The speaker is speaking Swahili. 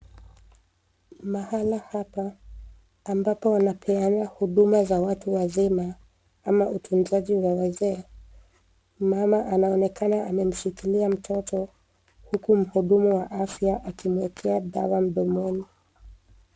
Mahala hapa ambapo wanapeana huduma za watu wazima, ama utunzaji wa wazee, mama anaonekana amemshikilia mtoto huku mhudumu wa afya akimwekea dawa mdomoni.